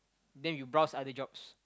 then you browse other jobs